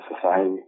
society